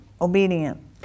Obedient